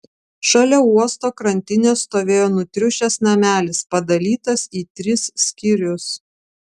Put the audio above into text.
šalia uosto krantinės stovėjo nutriušęs namelis padalytas į tris skyrius